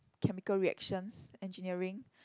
chemical reactions engineering